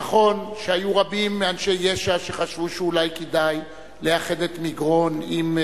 נכון שהיו רבים מאנשי יש"ע שחשבו שאולי כדאי לאחד את מגרון עם,